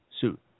suit